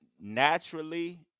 naturally